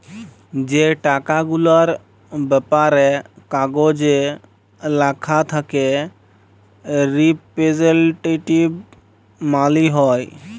যে টাকা গুলার ব্যাপারে কাগজে ল্যাখা থ্যাকে রিপ্রেসেলট্যাটিভ মালি হ্যয়